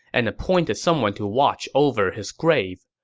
and appointed someone to watch over his grave.